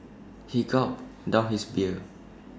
he gulped down his beer